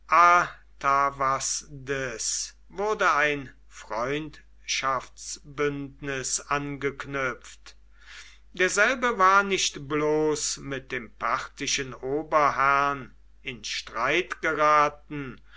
wurde ein freundschaftsbündnis angeknüpft derselbe war nicht bloß mit dem parthischen oberherrn in streit geraten